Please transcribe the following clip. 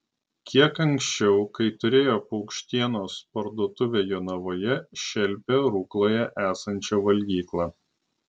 kiek anksčiau kai turėjo paukštienos parduotuvę jonavoje šelpė rukloje esančią valgyklą